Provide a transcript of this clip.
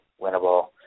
winnable